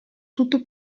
tutto